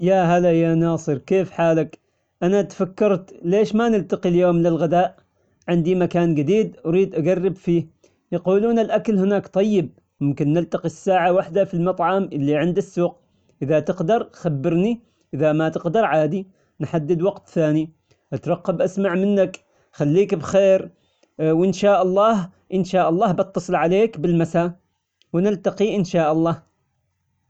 يا هلا يا ناصر كيف حالك؟ أنا تفكرت ليش ما نلتقي اليوم للغداء؟ عندي مكان جديد أريد أجرب فيه، يقولون الأكل هناك طيب ممكن نلتقي الساعة وحدة في المطعم اللي عند السوق إذا تقدر خبرني إذا ما تقدر عادي نحدد وقت ثاني أترقب أسمع منك، خليك بخير، وإن شاء الله- إن شاء الله بتصل عليك بالمسا، ونلتقي إن شاء الله.